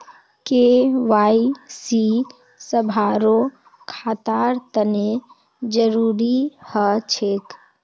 KYC सभारो खातार तने जरुरी ह छेक